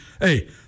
hey